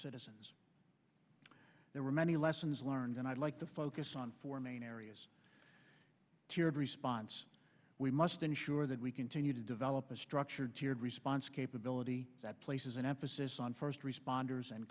citizens there were many lessons learned and i'd like to focus on four main areas cheered response we must ensure that we continue to develop a structured tiered response capability that places an emphasis on first responders and